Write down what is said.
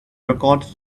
record